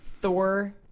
Thor